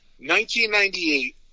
1998